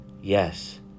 Yes